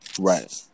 Right